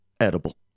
edible